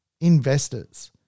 investors